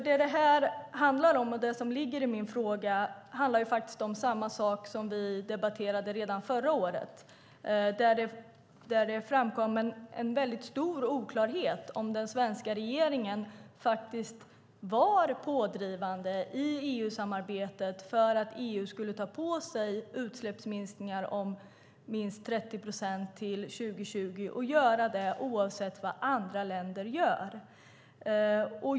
Det som ligger i min fråga handlar faktiskt om samma sak som vi debatterade redan förra året, då det framkom en stor oklarhet om huruvida den svenska regeringen faktiskt var pådrivande i EU-samarbetet för att EU skulle ta på sig utsläppsminskningar om minst 30 procent till 2020 och göra det oavsett vad andra länder gör.